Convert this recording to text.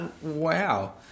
wow